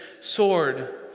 sword